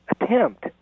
Attempt